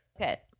Okay